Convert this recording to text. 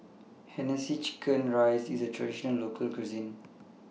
Hainanese Chicken Rice IS A Traditional Local Cuisine